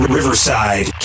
Riverside